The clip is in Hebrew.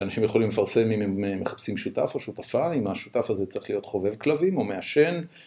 אנשים יכולים לפרסם אם הם מחפשים שותף או שותפה, אם השותף הזה צריך להיות חובב כלבים או מעשן.